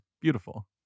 Beautiful